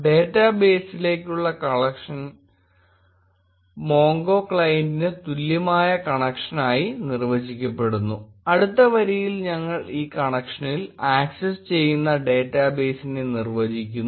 ഡേറ്റാബേസിലേക്കുള്ള connection MongoClientന് തുല്യമായ കണക്ഷ നായി നിർവചിക്കപ്പെടുന്നു അടുത്ത വരിയിൽ ഞങ്ങൾ ഈ കണക്ഷനിൽ ആക്സസ് ചെയ്യുന്ന ഡാറ്റാബേസിനെ നിർവ്വചിക്കുന്നു